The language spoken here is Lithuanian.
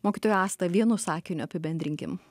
mokytoja asta vienu sakiniu apibendrinkim